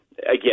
again